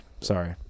Sorry